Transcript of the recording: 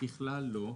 ככלל, לא.